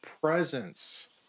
presence